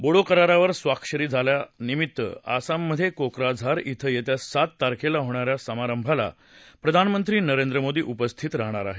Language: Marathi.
बोडो करारावर स्वाक्षरी झाल्यानिमित्त आसाममधे कोक्राझार क्रि येत्या सात तारखेला होणा या समारंभाला प्रधानमंत्री नरेंद्र मोदी उपस्थित राहणार आहेत